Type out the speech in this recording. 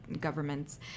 governments